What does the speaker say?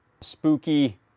Spooky